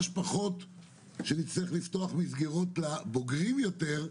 שפחות שאצטרך לפתוח מסגרות לבוגרים יותר,